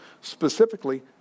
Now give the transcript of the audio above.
specifically